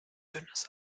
dünnes